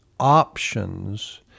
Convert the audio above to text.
options